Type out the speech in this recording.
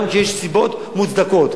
גם כשיש סיבות מוצדקות.